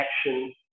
action